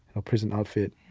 or prison outfit